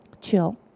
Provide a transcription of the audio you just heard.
chill